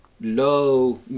low